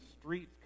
streets